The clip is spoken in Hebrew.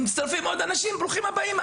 אם מצטרפים עוד אנשים, ברוכים הבאים.